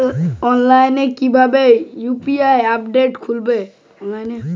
অনলাইনে কিভাবে deposit account খুলবো?